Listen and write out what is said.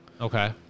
Okay